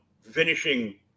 finishing